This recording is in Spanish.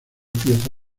pieza